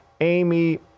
Amy